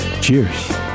Cheers